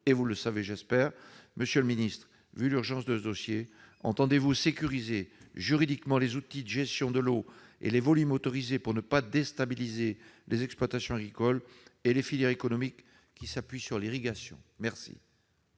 Vous le savez, je l'espère. Monsieur le secrétaire d'État, compte tenu de l'urgence de ce dossier, entendez-vous sécuriser juridiquement les outils de gestion de l'eau et les volumes autorisés pour ne pas déstabiliser les exploitations agricoles et les filières économiques qui s'appuient sur l'irrigation ? La